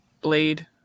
Blade